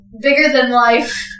bigger-than-life